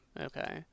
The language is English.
Okay